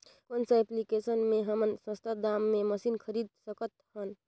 कौन सा एप्लिकेशन मे हमन सस्ता दाम मे मशीन खरीद सकत हन?